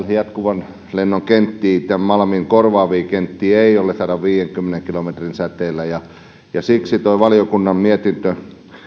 jatkuvan lennon kenttiä malmin korvaavia kenttiä ei ole sadanviidenkymmenen kilometrin säteellä ja ja siksi valiokunnan mietinnön